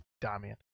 Damian